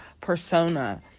persona